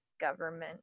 government